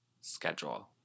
schedule